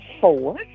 four